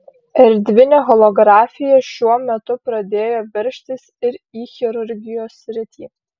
erdvinė holografija šiuo metu pradėjo veržtis ir į chirurgijos sritį